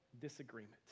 disagreement